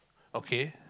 okay